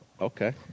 okay